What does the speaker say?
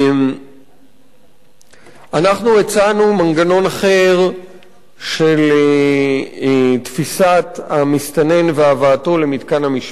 אנחנו הצענו מנגנון אחר של תפיסת המסתנן והבאתו למתקן המשמורת.